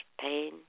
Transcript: pain